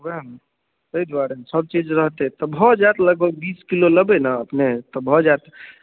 वएह ने ताहि दुआरे सब चीज रहतै तऽ भऽ जायत लगभग बीसकिलो लेबै ने अपने तऽ भऽ जायत